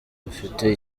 dufite